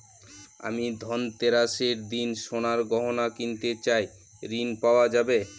আমি ধনতেরাসের দিন সোনার গয়না কিনতে চাই ঝণ পাওয়া যাবে?